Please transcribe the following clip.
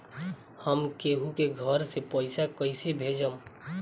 हम केहु के घर से पैसा कैइसे भेजम?